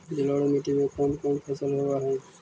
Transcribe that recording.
जलोढ़ मट्टी में कोन कोन फसल होब है?